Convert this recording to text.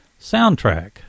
soundtrack